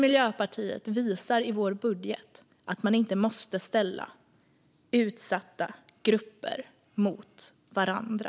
Miljöpartiet visar att man inte måste ställa utsatta grupper mot varandra.